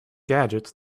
gadgets